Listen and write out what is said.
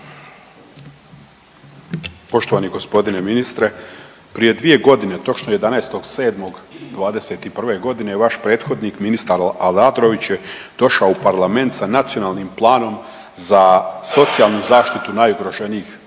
Poštovani gospodine ministre, prije 2 godine točno 11.7.'21. godine vaš prethodnik ministar Aladrović je došao u parlament sa Nacionalnim planom za socijalnu zaštitu najugroženijih